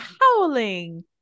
Howling